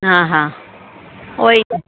हा हा उहो ई त